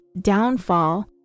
downfall